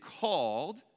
called